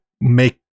make